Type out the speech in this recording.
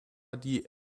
die